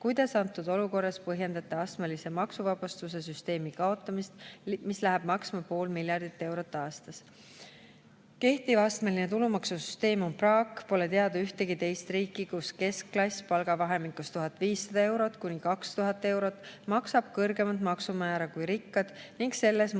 Kuidas antud olukorras põhjendate astmelise maksuvabastuse süsteemi kaotamist, mis läheb maksma pea pool miljardit eurot aastas?" Kehtiv astmeline tulumaksusüsteem on praak, pole teada ühtegi teist riiki, kus keskklass palgavahemikus 1500–2000 eurot maksab kõrgemat maksumäära kui rikkad. Selles mõttes